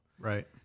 Right